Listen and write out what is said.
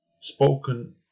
Spoken